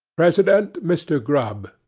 president mr. grub.